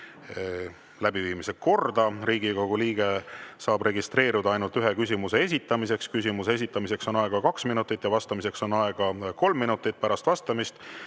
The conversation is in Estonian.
läbiviimise korda. Riigikogu liige saab registreeruda ainult ühe küsimuse esitamiseks. Küsimuse esitamiseks on aega kaks minutit ja vastamiseks on aega kolm minutit. Pärast vastamist